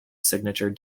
signature